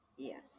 Yes